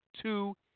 Two